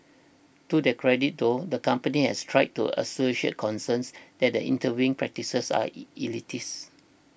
to their credit though the company has tried to assuage concerns that their interviewing practices are elitist